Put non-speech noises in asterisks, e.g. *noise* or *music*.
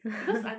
*noise*